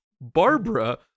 Barbara